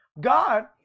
God